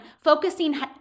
focusing